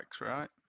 right